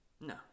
No